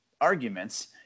arguments